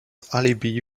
alibi